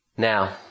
Now